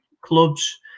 clubs